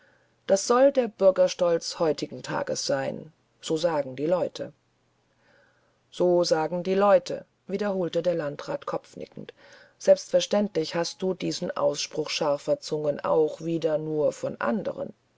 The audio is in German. das soll der bürgerstolz heutigestags sein so sagen die leute so sagen die leute wiederholte der landrat kopfnickend selbstverständlich hast du diesen ausspruch scharfer zungen auch wieder nur von anderen